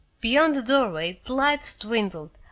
beyond the doorway the lights dwindled,